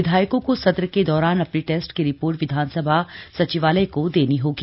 विधायकों को सत्र के दौरान अपने टेस्ट की रिपोर्ट विधानसभा सचिवालय को देनी होगी